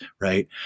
right